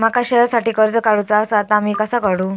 माका शेअरसाठी कर्ज काढूचा असा ता मी कसा काढू?